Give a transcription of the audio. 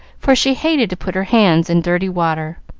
for she hated to put her hands in dirty water.